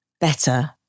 better